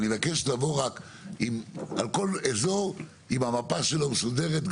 ואני מבקש לבוא רק עם על כל אזור עם המפה שלו מסודרת גדולה,